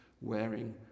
wearing